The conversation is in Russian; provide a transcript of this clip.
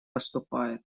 поступает